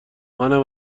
منم